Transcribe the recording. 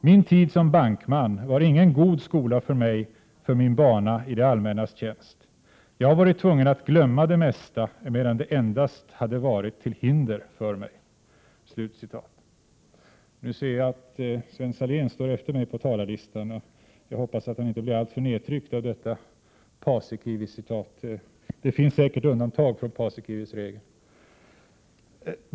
Min tid som bankman var ingen god skola för mig för min bana i det allmännas tjänst. Jag har varit tvungen att glömma det mesta emedan det endast hade varit till hinder för mig.” Jag ser att Sven H Salén är uppsatt efter mig på talarlistan. Jag hoppas att han inte blir alltför nedtryckt av detta Paasikivicitat. Det finns säkert undantag från Paasikivis regel.